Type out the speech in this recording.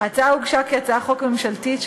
ההצעה הוגשה כהצעת חוק ממשלתית,